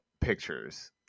pictures